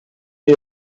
hay